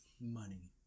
Money